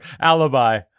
alibi